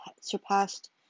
surpassed